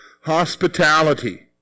Hospitality